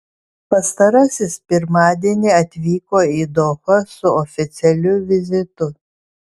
pastarasis pirmadienį atvyko į dohą su oficialiu vizitu